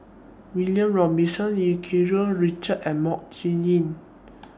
William Robinson EU Keng Mun Richard and Mok Ying Jang